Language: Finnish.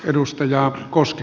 arvoisa puhemies